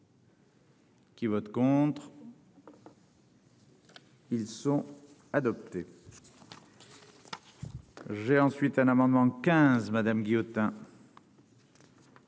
Qui vote contre. Ils sont adoptés. J'ai ensuite un amendement 15 Madame Guillotin.